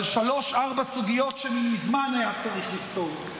על שלוש-ארבע סוגיות שמזמן היה צריך לפתור.